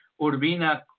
Urbina